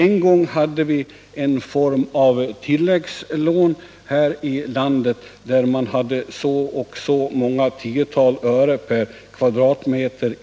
En gång hade vi här i landet ett slags tilläggslån, där man hade ett visst belopp per kvadratmeter